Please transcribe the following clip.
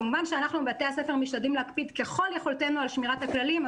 כמובן שאנחנו בבתי הספר משתדלים להקפיד ככל יכולתנו על שמירת הכללים,